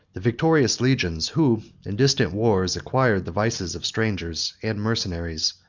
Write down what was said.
the victorious legions, who, in distant wars, acquired the vices of strangers and mercenaries,